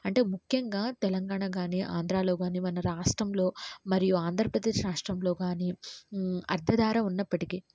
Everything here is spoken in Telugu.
అంటే ముఖ్యంగా తెలంగాణ కానీ ఆంధ్రాలో కానీ మన రాష్ట్రంలో మరియు ఆంధ్రప్రదేశ్ రాష్ట్రంలో కానీ అర్థదార ఉన్నప్పటికీ